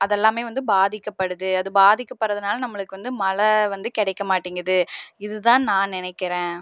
அதை எல்லாமே வந்து பாதிக்கப்படுது அது பாதிக்கப்படுறதனால நம்மளுக்கு வந்து மழை வந்து கிடைக்க மாட்டேங்குது இதுதான் நான் நினைக்கறேன்